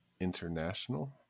international